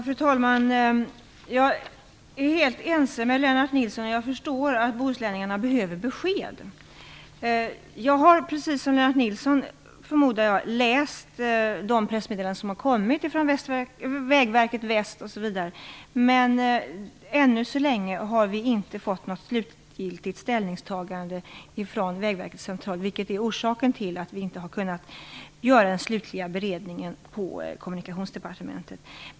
Fru talman! Jag är helt ense med Lennart Nilsson. Jag förstår att bohuslänningarna behöver besked. Jag har, precis som Lennart Nilsson förmodar jag, läst de pressmeddelanden som kommit från Vägverket Väst. Men vi har ännu inte fått något slutgiltigt ställningstagande från Vägverket Central, vilket är orsaken till att vi inte har kunnat göra den slutliga beredningen på Kommunikationsdepartementet.